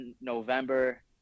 November